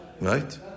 Right